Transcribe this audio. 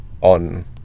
on